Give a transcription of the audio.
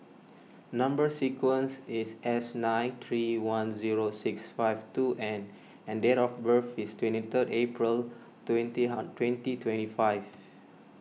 Number Sequence is S nine three one zero six five two N and date of birth is twenty third April twenty twenty twenty five